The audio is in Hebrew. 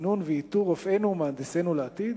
לסינון ולאיתור רופאינו ומהנדסינו לעתיד?